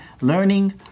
learning